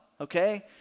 okay